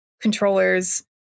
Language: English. controllers